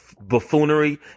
buffoonery